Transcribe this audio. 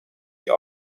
اید